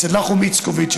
אצל נחום איצקוביץ,